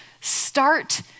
start